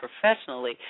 professionally